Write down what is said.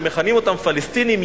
שמכנים אותם פלסטינים,